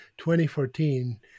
2014